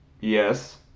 yes